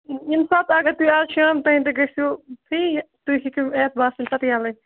ییٚمہِ ساتہٕ اگر تُہۍ آز شام تام تہِ گٔژھِو فرٛی تُہۍ ہیٚکِو یِتھ بہٕ آسہٕ تَمہِ ساتہٕ یَلَے